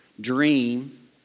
dream